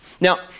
Now